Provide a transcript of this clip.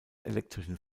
elektrischen